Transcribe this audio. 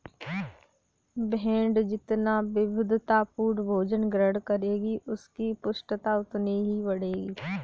भेंड़ जितना विविधतापूर्ण भोजन ग्रहण करेगी, उसकी पुष्टता उतनी ही बढ़ेगी